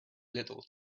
little